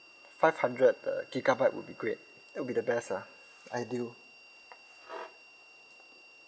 five hundred uh gigabyte would be great that would be the best ah ideal